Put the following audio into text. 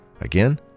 Again